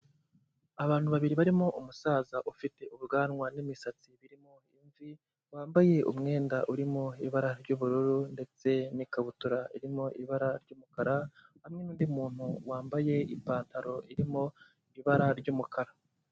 Abantu babiri barimo umusaza ufite ubwanwa n'imisatsi irimo imvi, wambaye umwenda urimo ibara ry'ubururu ndetse n'ikabutura irimo ibara ry'umukara hamwe n'undi muntu wambaye ipantaro irimo ibara ry'umukara.